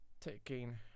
taking